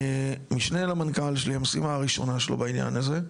משנה למנכ"ל שלי, המשימה הראשונה שלו בעניין הזה.